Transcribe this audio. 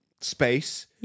space